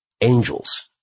angels